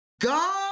God